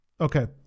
okay